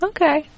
Okay